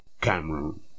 Cameroon